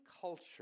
culture